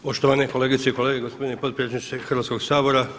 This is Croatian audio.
Poštovani kolegice i kolege, gospodine potpredsjedniče Hrvatskog sabora.